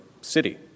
city